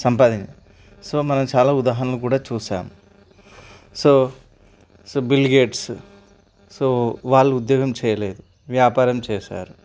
సంపాదిం so మనం చాలా ఉదాహరణలు కూడా చూసాం so so Bill Gates so వాళ్ళు ఉద్యోగం చేయలేదు వ్యాపారం చేసారు